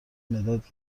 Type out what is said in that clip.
مداد